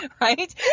Right